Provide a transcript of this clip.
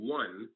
one